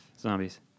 Zombies